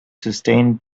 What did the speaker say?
sustained